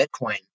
Bitcoin